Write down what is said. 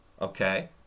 okay